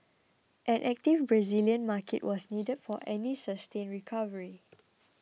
an active Brazilian market was needed for any sustained recovery